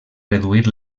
reduir